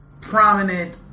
prominent